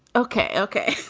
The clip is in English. okay. okay